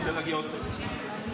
בבקשה.